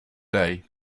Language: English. day